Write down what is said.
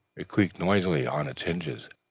it creaked noisily on its hinges,